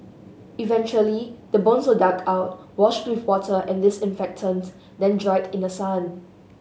eventually the bones were dug out washed with water and disinfectant then dried in the sun